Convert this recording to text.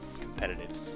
competitive